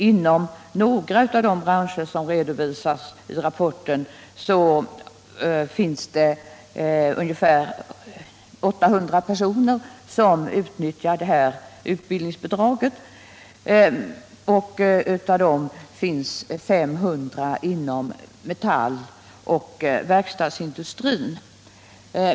Inom några av de branscher som redovisas i rapporten utnyttjar ungefär 800 personer detta utbildningsbidrag. Av dem finns 500 inom metalloch verkstadsindustrin.